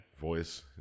voice